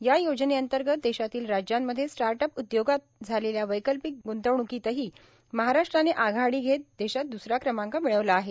या योजनेंतर्गत देशातील राज्यांमध्ये स्टार्टअप उद्योगात झालेल्या वैकल्पिक गृंतवणूकीतही महाराष्ट्राने आघाडी घेत देशात दसरा क्रमांक मिळवला आहे